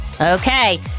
Okay